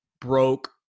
broke